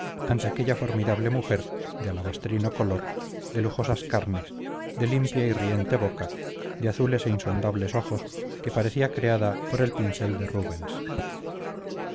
ante aquella formidable mujer de alabastrino color de lujosas carnes de limpia y riente boca de azules e insondables ojos que parecía creada por el pincel de rubens